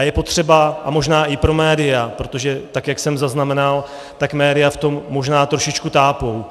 Je potřeba a možná i pro média, protože tak jak jsem zaznamenal, tak média v tom možná trošičku tápou.